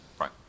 right